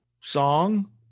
song